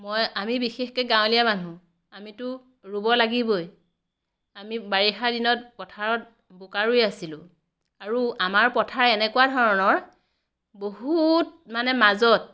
মই আমি বিশেষকৈ গাঁৱলীয়া মানুহ আমিতো ৰুব লাগিবই আমি বাৰিষা দিনত পথাৰত বোকা ৰুই আছিলোঁ আৰু আমাৰ পথাৰ এনেকুৱা ধৰণৰ বহুত মানে মাজত